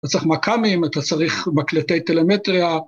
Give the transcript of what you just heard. אתה צריך מכ"מים, אתה צריך מקלטי טלמטריה.